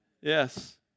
Yes